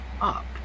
up